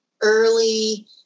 early